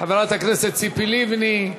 חברת הכנסת ציפי לבני,